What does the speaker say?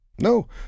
No